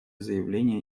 заявления